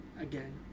Again